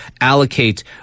allocate